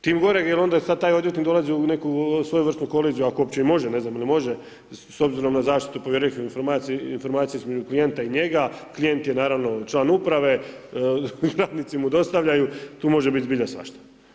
Tim goreg jer onda sad taj odvjetnik dolazi u neku svojevrsnu koliziju ako uopće i može, ne znam je li može s obzirom na zaštitu povjerljivih informacija između klijenta i njega, klijent je naravno član uprave, radnici mu dostavljaju, tu može biti zbilja svašta.